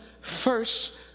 first